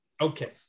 Okay